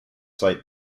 site